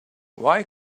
why